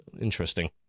Interesting